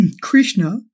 Krishna